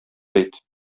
әйт